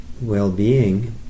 Well-being